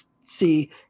see